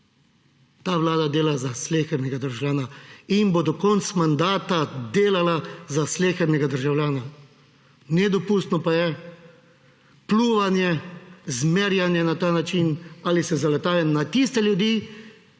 ta vlada dela za slehernega državljana in bo do konca mandata delala za slehernega državljana. Nedopustno pa je pljuvanje, zmerjanje na ta način ali zaletavanje v tiste ljudi,